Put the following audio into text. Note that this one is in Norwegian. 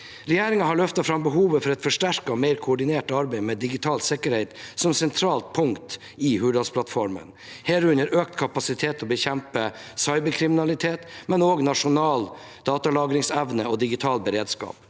Regjeringen har løftet fram behovet for et forsterket og mer koordinert arbeid med digital sikkerhet som sentralt punkt i Hurdalsplattformen, herunder økt kapasitet for å bekjempe cyberkriminalitet, men også nasjonal datalagringsevne og digital beredskap.